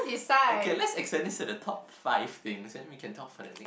okay let's extend this to the top five things then we can talk for the next